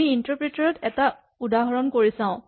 আমি ইন্টাৰপ্ৰেটাৰ ত এটা উদাহৰণ কৰি চাওঁ